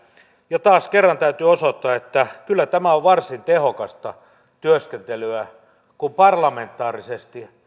ja taas kerran täytyy osoittaa että kyllä tämä on varsin tehokasta työskentelyä kun parlamentaarisesti